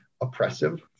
oppressive